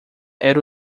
era